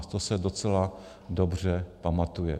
To se docela dobře pamatuje.